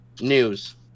News